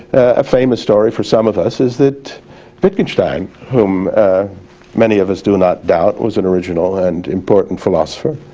a famous story for some of us is that lichtenstein whom many of us do not doubt was an original and important philosopher,